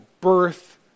birth